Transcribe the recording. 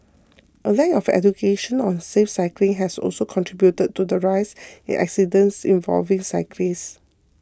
a lack of education on safe cycling has also contributed to the rise in accidents involving cyclists